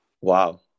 Wow